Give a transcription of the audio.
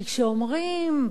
כי כשאומרים,